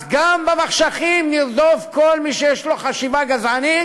אז גם במחשכים נרדוף כל מי שיש לו חשיבה גזענית,